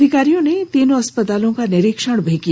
अधिकारियों ने तीनों अस्पतालों का निरीक्षण भी किया